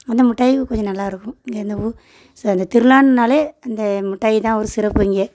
அந்த மிட்டாய் கொஞ்சம் நல்லாயிருக்கும் என்னவோ ஸோ அந்த திருவிழானாலே அந்த மிட்டாய் தான் ஒரு சிறப்பு இங்கே